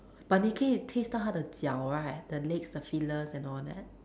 but Nicky taste 到它的脚 right the legs the feelers and all that